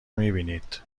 میبینید